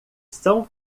são